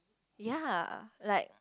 ya like